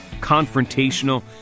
confrontational